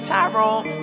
Tyrone